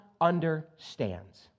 understands